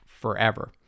forever